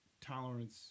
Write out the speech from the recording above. tolerance